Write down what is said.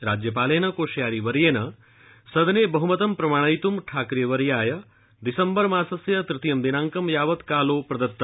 राज्यपालेन कोश्यारीवर्येण सदने बहमतं प्रमाणयित्ं ठाकरेवर्याय दिसम्बरमासस्य तृतीयं दिनाकं यावत् कालोस्ति प्रदत्त